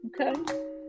Okay